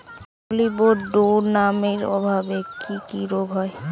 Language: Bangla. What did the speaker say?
মলিবডোনামের অভাবে কি কি রোগ হয়?